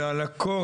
אלא על הכורח